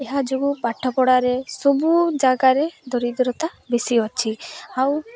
ଏହାଯୋଗୁଁ ପାଠପଢ଼ାରେ ସବୁ ଜାଗାରେ ଦରିଦ୍ରତା ବେଶୀ ଅଛି ଆଉ